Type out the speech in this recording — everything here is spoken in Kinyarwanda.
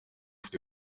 afite